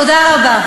תודה רבה.